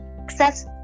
access